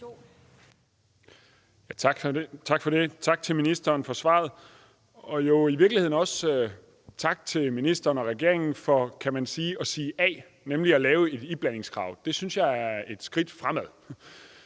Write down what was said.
Tak for det. Tak til ministeren for svaret, og jo i virkeligheden også tak til ministeren og regeringen for at sige A, nemlig at indføre et iblandingskrav. Det synes jeg er et skridt fremad.